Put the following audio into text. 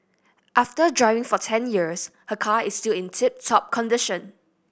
after driving for ten years her car is still in tip top condition